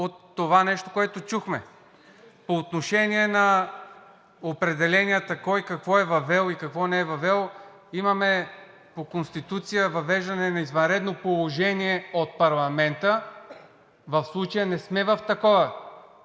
от това нещо, което чухме. По отношение на определенията кой какво е въвел и какво не е въвел, имаме по Конституция въвеждане на извънредно положение от парламента. В случая не сме в такова,